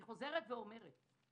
אני חוזרת ואומרת: